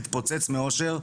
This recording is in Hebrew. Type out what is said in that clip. מחפש איפה להתפוצץ מאושר.